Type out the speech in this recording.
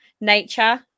nature